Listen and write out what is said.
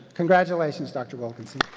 congratulations, dr. wilkinson.